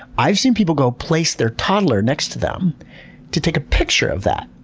i've seen people go place their toddler next to them to take a picture of that.